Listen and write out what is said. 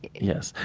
yes.